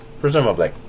presumably